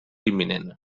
imminent